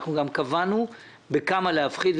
אנחנו גם קבענו בכמה להפחית,